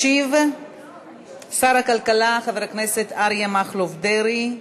ישיב שר הכלכלה חבר הכנסת אריה מכלוף דרעי.